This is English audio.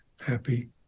happy